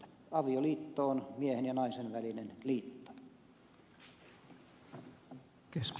avioliitto on miehen ja naisen välinen liitto